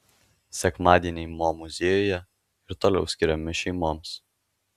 sekmadieniai mo muziejuje ir toliau skiriami šeimoms